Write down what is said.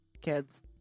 kids